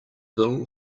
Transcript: bill